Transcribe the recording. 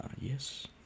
yes